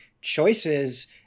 choices